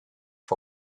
for